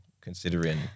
considering